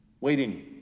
waiting